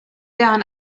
down